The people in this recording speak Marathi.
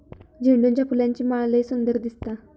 झेंडूच्या फुलांची माळ लय सुंदर दिसता